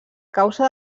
causa